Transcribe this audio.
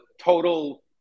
Total